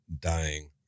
dying